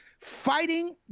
fighting